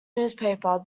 newspaper